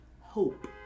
hope